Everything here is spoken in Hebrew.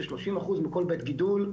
של שלושים אחוז מכל בית גידול,